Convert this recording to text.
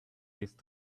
these